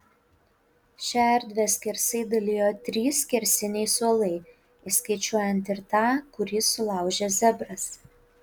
šią erdvę skersai dalijo trys skersiniai suolai įskaičiuojant ir tą kurį sulaužė zebras